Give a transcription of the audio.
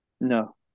No